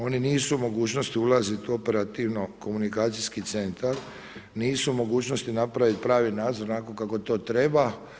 Oni nisu u mogućnosti ulaziti u operativno-komunikacijski centar, nisu u mogućnosti napraviti pravi nadzor kako to treba.